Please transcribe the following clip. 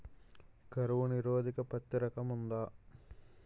కరువు నిరోధక పత్తి రకం ఉందా?